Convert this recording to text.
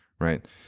right